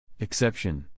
Exception